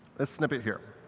a snippet here.